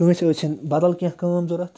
کٲنٛسہِ ٲسِنۍ بدل کیٚنٛہہ کٲم ضوٚرَتھ